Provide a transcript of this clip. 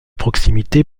proximité